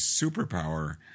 superpower